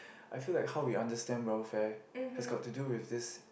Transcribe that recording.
I feel like how we understand welfare has got to do with this